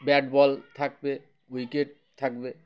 bat ball থাকবে wicket থাকবে